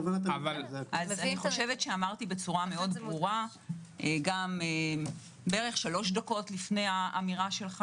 אמרתי בצורה מאוד ברורה שלוש דקות לפני האמירה שלך